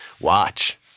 watch